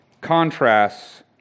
contrasts